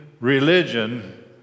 religion